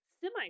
semi